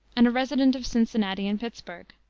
and a resident of cincinnati and pittsburg.